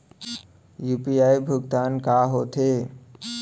UPI भुगतान का होथे?